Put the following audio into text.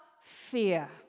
fear